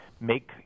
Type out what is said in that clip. make